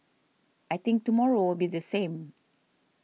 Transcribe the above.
I think tomorrow will be the same